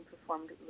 performed